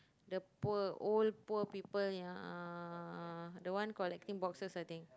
the poor old poor people ya uh the one collecting boxes I think